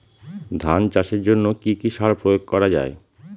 ধান চাষের জন্য কি কি সার প্রয়োগ করা য়ায়?